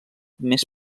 més